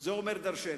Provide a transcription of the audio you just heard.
זה אומר דורשני.